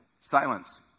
Silence